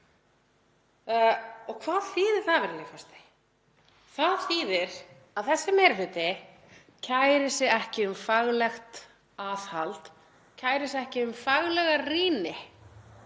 Og hvað þýðir það, virðulegi forseti? Það þýðir að þessi meiri hluti kærir sig ekki um faglegt aðhald, kærir sig ekki um faglega rýni